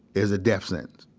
is a death sentence